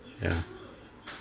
ya